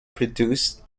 produced